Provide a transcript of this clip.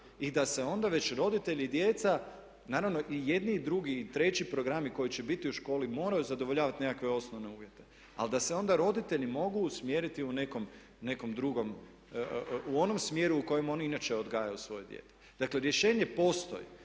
i da se onda već roditelji i djeca, naravno i jedni i drugi i treći programi koji će biti u školi moraju zadovoljavati nekakve osnovne uvjete, ali da se onda roditelji mogu usmjeriti u nekom drugom, u onom smjeru u kojem oni inače odgajaju svoje dijete. Dakle, rješenje postoji.